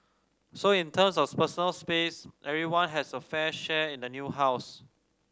so in terms of personal space everyone has a fair share in the new house